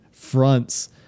Fronts